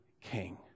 king